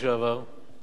מיקי,